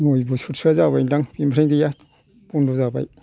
नय बोसोरसोया जाबाय दां बेनिफ्राइ गैया बन्द' जाबाय